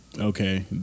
okay